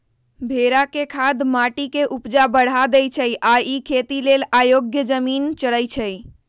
भेड़ा के खाद माटी के ऊपजा बढ़ा देइ छइ आ इ खेती लेल अयोग्य जमिन चरइछइ